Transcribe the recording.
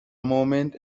moment